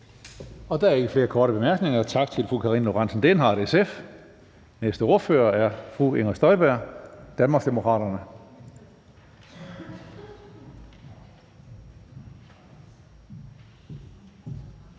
Der er ikke flere korte bemærkninger, så vi siger tak til fru Karina Lorentzen Dehnhardt, SF. Næste ordfører er fru Inger Støjberg, Danmarksdemokraterne.